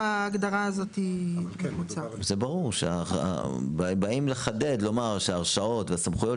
זה ברור שבאים לחדד לומר שההרשאות והסמכויות